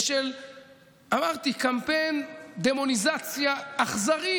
ואמרתי, של קמפיין דמוניזציה אכזרי